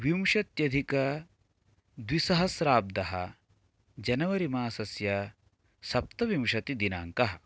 विंशत्यधिकद्विसहस्राब्धः जनवरी मासस्य सप्तविंशतिदिनाङ्कः